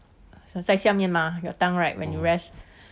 想在下面吗 your tongue right when you rest